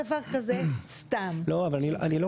מוועדות הקבלה האזוריות ואני מצטרף לדברים שנאמרו כמי שגם